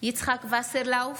יצחק שמעון וסרלאוף,